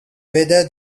whether